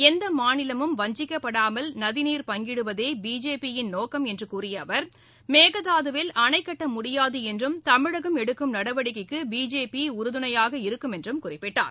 எந்த மாநிலமும் வஞ்சிக்கப்படாமல் நதிநீர் பங்கிடுவதே பிஜேபியின் நோக்கம் என்றும் கூறிய அவர் மேகதாதுவில் அணை கட்ட முடியாது என்றும் தமிழகம் எடுக்கும் நடவடிக்கைக்கு பிஜேபி உறுதுணையாக இருக்கும் என்றும் குறிப்பிட்டார்